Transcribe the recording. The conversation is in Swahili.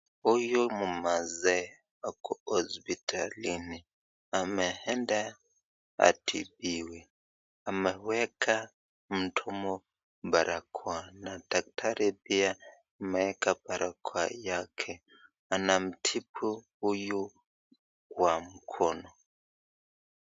Huyu ni mzee ako hospitalini, ameenda atibiwe ameweka mdomo barakoa na daktari pia ameweka barakoa yake na daktari anatibu huyu mkono.